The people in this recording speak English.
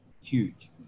huge